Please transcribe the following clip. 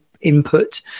input